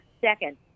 second